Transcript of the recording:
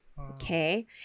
Okay